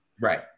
Right